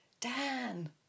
dan